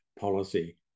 policy